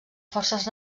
forces